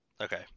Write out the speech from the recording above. Okay